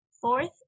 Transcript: Fourth